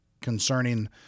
concerning